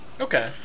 Okay